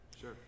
sure